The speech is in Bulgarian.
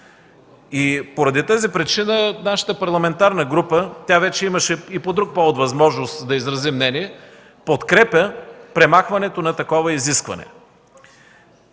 Поради тази причина нашата парламентарна група, тя имаше и по друг повод възможност да изрази мнение, подкрепя премахването на такова изискване.